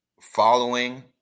following